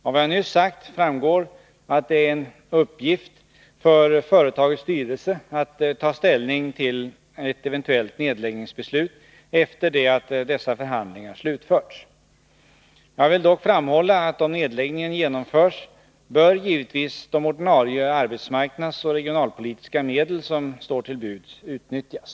Av vad jag nyss sagt framgår att det är en uppgift för företagets styrelse att ta ställning till ett eventuellt nedläggningsbeslut efter det att dessa förhandlingar slutförts. Jag vill dock framhålla att om nedläggningen genomförs, bör givetvis de ordinarie arbetsmarknadsoch regionalpolitiska medel som står till buds utnyttjas.